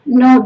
no